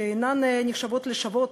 שאינן נחשבות לשוות